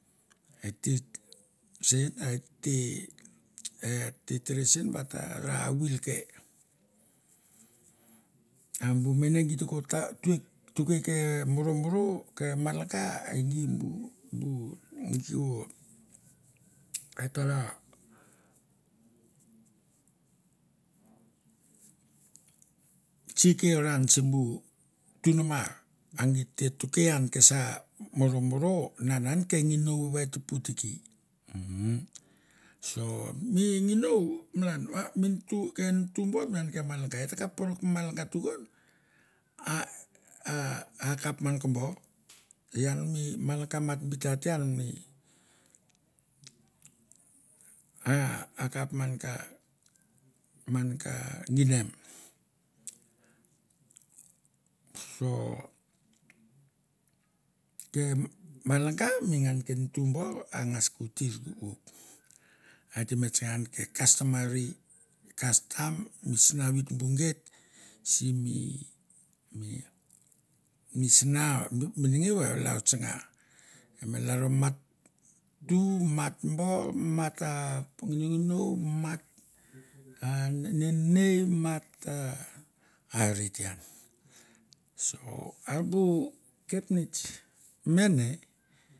Et te sen a et te et te tere sen va tara awil ke. A bu mene ta twek tuke ke moro moro ke malaga e gi bu bu gi ko et ta ra tsikeran simbu tunumar va gi te tuke ian ke sa moromoro na nan ke nginou va et ta pukuki. Umm so me nginou malan va mi ntu ke ntu bor ke malaga, e ta kap poro ka malaga tukon, a akap man ka bor, ian mi malaga mat bita te anmi a akap man ka ginem. So ke malaga mengan ke ntu bor a ngas ko tir kokouk. A et te me tsanga ke customary kastam mi sinavi tumbu geit simi mi misana benengeu e lalro tsanga, me lalro mat tu, mat bo, mat ta nginonginou, mat a neinei mat a, are te an. So a bu kapnets mene